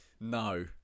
No